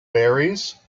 berries